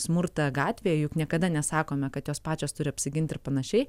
smurtą gatvėje juk niekada nesakome kad jos pačios turi apsiginti ir panašiai